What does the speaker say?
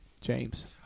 James